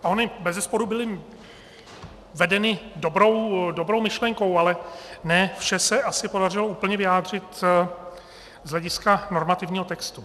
Ony bezesporu byly vedeny dobrou myšlenkou, ale ne vše se ale podařilo úplně vyjádřit z hlediska normativního textu.